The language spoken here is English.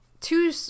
two